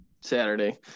Saturday